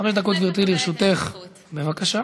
חמש דקות לרשותך, בבקשה.